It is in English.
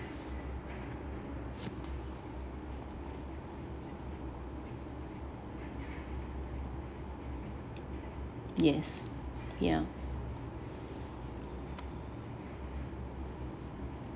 yes ya